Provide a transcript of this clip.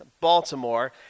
Baltimore